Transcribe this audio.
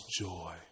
joy